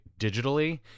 digitally